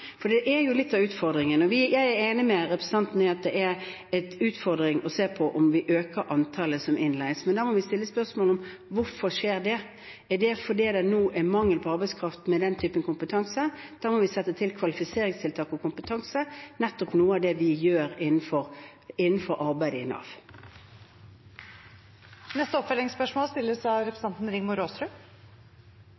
Jeg er enig med representanten Moxnes i at det er en utfordring hvis vi ser at antallet som innleies, øker, men da må vi stille spørsmål om hvorfor det skjer. Er det fordi det nå er mangel på arbeidskraft med den typen kompetanse? Da må vi sette i gang med kvalifiseringstiltak og gi kompetanse. Det er noe av det vi gjør i forbindelse med arbeidet i Nav. Rigmor Aasrud – til oppfølgingsspørsmål.